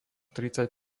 tridsať